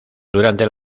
durante